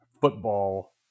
football